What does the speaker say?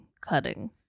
cutting